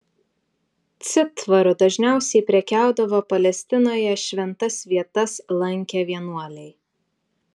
citvaru dažniausiai prekiaudavo palestinoje šventas vietas lankę vienuoliai